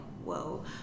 whoa